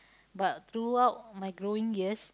but throughout my growing years